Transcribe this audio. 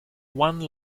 one